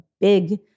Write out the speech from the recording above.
big